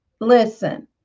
Listen